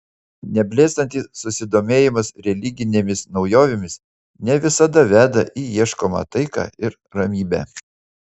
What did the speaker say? neblėstantis susidomėjimas religinėmis naujovėmis ne visada veda į ieškomą taiką ir ramybę